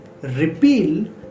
repeal